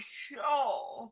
sure